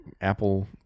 apple